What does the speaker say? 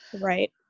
Right